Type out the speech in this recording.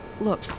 Look